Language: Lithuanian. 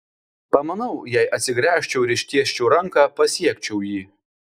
pamanau jei atsigręžčiau ir ištiesčiau ranką pasiekčiau jį